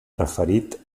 preferit